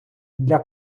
для